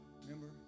Remember